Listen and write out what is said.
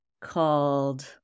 called